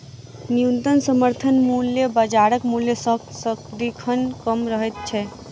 न्यूनतम समर्थन मूल्य बाजारक मूल्य सॅ सदिखन कम रहैत छै